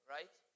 Right